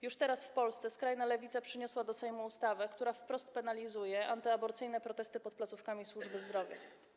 Już teraz w Polsce skrajna lewica przyniosła do Sejmu ustawę, która wprost penalizuje antyaborcyjne protesty pod placówkami służby zdrowia.